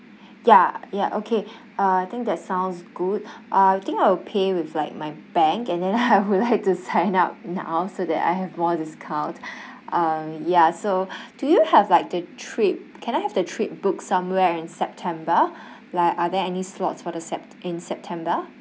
ya ya okay uh I think that sounds good uh I think I will pay with like my bank and then I will like to sign up now so that I have more discount um ya so do you have like the trip can I have the trip booked somewhere in september like are there any slots for the sept~ in september